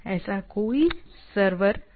ऐसा कोई सर्वर नहीं है